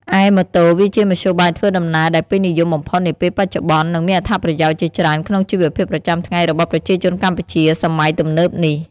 ឯម៉ូតូវាជាមធ្យោបាយធ្វើដំណើរដែលពេញនិយមបំផុតនាពេលបច្ចុប្បន្ន និងមានអត្ថប្រយោជន៍ជាច្រើនក្នុងជីវភាពប្រចាំថ្ងៃរបស់ប្រជាជនកម្ពុជាសម័យទំនើបនេះ ។